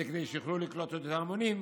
היא שיוכלו לקלוט המונים,